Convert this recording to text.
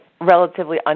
relatively